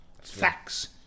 Facts